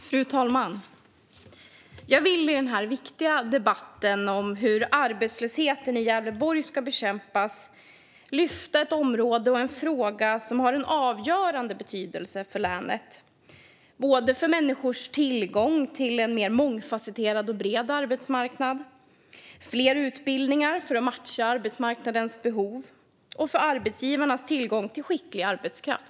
Fru talman! Jag vill i denna viktiga debatt om hur arbetslösheten i Gävleborg ska bekämpas lyfta ett område och en fråga som har en avgörande betydelse för länet - både för människors tillgång till en mer mångfasetterad och bred arbetsmarknad och fler utbildningar för att matcha arbetsmarknadens behov och för arbetsgivarnas tillgång till skicklig arbetskraft.